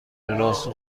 راست